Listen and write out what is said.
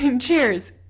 Cheers